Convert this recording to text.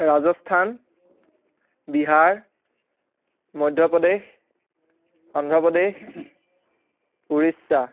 Rajasthan Bihar Madhya Pradesh Andhra Pradesh Orissa